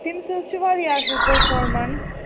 تٔمِس حظ چھِ واریاہ اَصٕل پٔرفارمنس